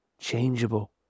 changeable